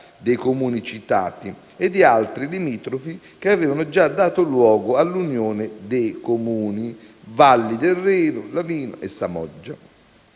dei Comuni citati e di altri limitrofi, che avevano già dato luogo all'unione dei Comuni Valli del Reno, Lavino e Samoggia.